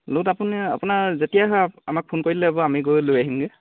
লোদ আপুনি আপোনাৰ যেতিয়াই হয় আমাক ফোন কৰি দিলেই হ'ব আমি গৈ লৈ আহিমগৈ